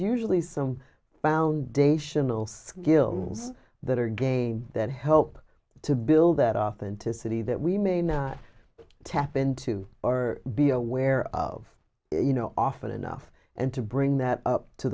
usually some foundational skills that are games that help to build that often to city that we may not tap into or be aware of you know often enough and to bring that